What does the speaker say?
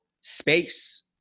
space